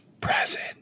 Present